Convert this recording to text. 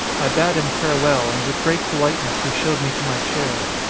i bade him farewell, and with great politeness he showed me to my chair.